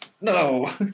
No